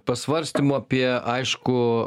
pasvarstymu apie aišku